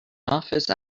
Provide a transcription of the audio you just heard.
office